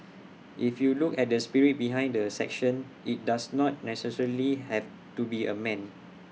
if you look at the spirit behind the section IT does not necessarily have to be A man